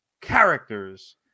characters